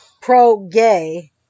pro-gay